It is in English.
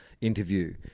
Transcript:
interview